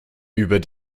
über